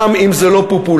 גם אם זה לא פופולרי.